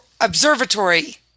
observatory